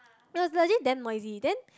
it was legit damn noisy then